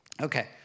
Okay